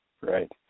right